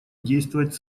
действовать